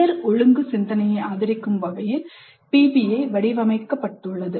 உயர் ஒழுங்கு சிந்தனையை ஆதரிக்கும் வகையில் PBI வடிவமைக்கப்பட்டுள்ளது